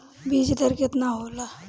बीज दर केतना होला?